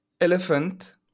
Elephant